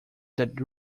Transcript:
that